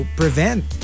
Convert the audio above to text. prevent